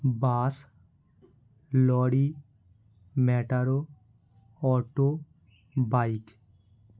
bus lorry matador auto bike